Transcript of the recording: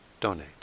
donate